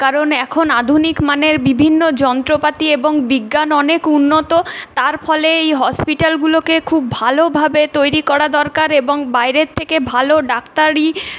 কারণ এখন আধুনিক মানের বিভিন্ন যন্ত্রপাতি এবং বিজ্ঞান অনেক উন্নত তার ফলে এই হসপিটালগুলোকে খুব ভালোভাবে তৈরি করা দরকার এবং বাইরের থেকে ভালো ডাক্তারি